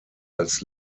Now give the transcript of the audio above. als